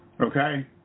Okay